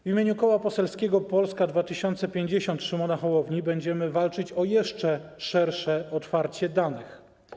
W imieniu Koła Parlamentarnego Polska 2050 Szymona Hołowni będziemy walczyć o jeszcze szersze otwarcie danych.